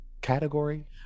category